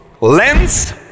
lens